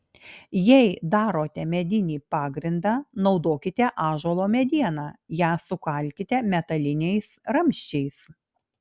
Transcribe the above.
jei darote medinį pagrindą naudokite ąžuolo medieną ją sukalkite metaliniais ramsčiais